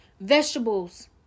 vegetables